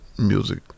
music